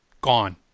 gone